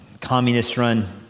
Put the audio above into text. communist-run